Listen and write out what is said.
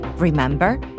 Remember